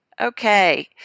Okay